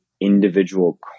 individual